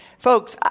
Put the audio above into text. folks,